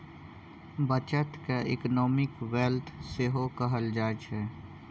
बचत केँ economic wealth सेहो कहल जाइ छै